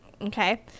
Okay